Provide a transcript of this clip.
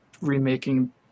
remaking